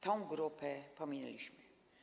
Tę grupę pominęliśmy.